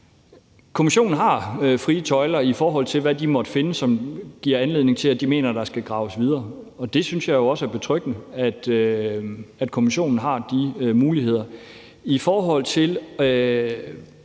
Kommissionen har frie tøjler, i forhold til hvad de måtte finde, som giver anledning til, at mener, at der skal graves videre. Og jeg synes også, det er betryggende, at kommissionen har de muligheder. I forhold til